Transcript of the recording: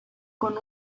con